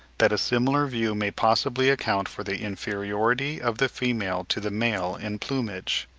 that a similar view may possibly account for the inferiority of the female to the male in plumage.